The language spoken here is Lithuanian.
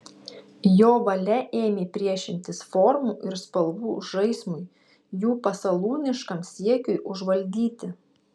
jo valia ėmė priešintis formų ir spalvų žaismui jų pasalūniškam siekiui užvaldyti